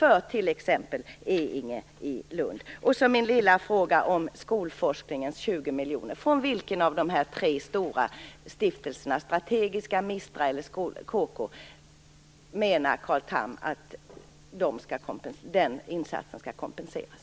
Sedan hade jag en liten fråga om skolforskningens stiftelsen menar Carl Tham att den insatsen skall kompenseras?